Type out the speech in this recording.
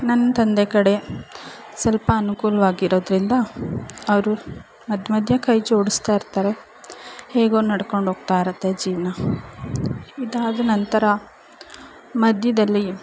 ನನ್ನ ತಂದೆ ಕಡೆ ಸ್ವಲ್ಪ ಅನುಕೂಲವಾಗಿರೋದ್ರಿಂದ ಅವರು ಮಧ್ಯ ಮಧ್ಯ ಕೈ ಜೋಡಿಸ್ತಾ ಇರ್ತಾರೆ ಹೇಗೊ ನಡ್ಕೊಂಡು ಹೋಗ್ತಾಯಿರುತ್ತೆ ಜೀವನ ಇದಾದ ನಂತರ ಮಧ್ಯದಲ್ಲಿ